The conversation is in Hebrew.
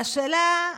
והשאלה,